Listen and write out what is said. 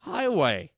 Highway